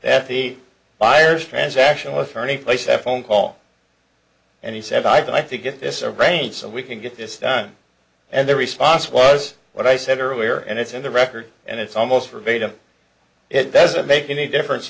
that the buyers transaction was funny place that phone call and he said i'd like to get this arranged so we can get this time and the response was what i said earlier and it's in the record and it's almost verbatim it doesn't make any difference